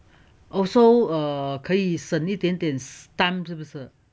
also err 可以什一点点 time 是不是